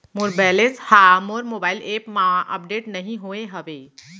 मोर balance हा मोर mobile app मा अपडेट नहीं होय हवे